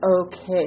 okay